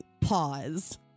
pause